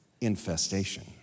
infestation